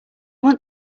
want